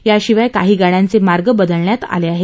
याशिवाय काही गाड्यांचे मार्ग बदलण्यात आले आहेत